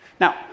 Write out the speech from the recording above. Now